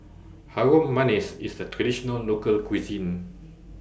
Harum Manis IS A Traditional Local Cuisine